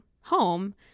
home